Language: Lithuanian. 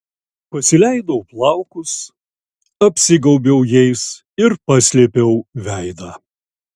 pasileidau plaukus apsigaubiau jais ir paslėpiau veidą